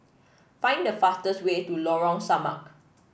find the fastest way to Lorong Samak